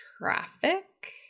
Traffic